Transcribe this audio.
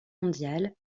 mondiale